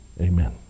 Amen